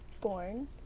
born